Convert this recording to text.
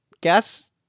guess